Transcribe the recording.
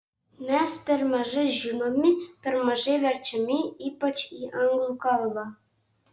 mes per mažai žinomi per mažai verčiami ypač į anglų kalbą